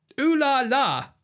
ooh-la-la